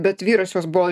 bet vyras jos buvo